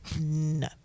No